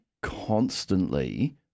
constantly